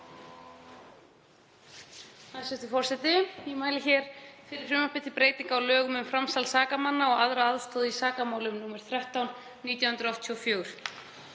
Hæstv. forseti. Ég mæli hér fyrir frumvarpi til breytinga á lögum um framsal sakamanna og aðra aðstoð í sakamálum, nr. 13/1984.